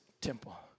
temple